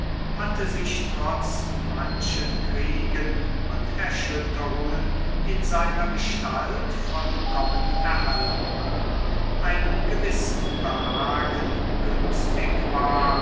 hatte sich trotz manchen kriegen und erschütterungen in seiner gestalt vollkommen erhalten einem gewissen behagen günstig war